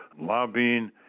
lobbying